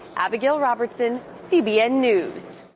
abigail robertson, cbn news.